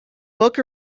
book